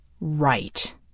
Right